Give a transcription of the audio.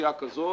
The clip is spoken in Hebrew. אוכלוסייה כזאת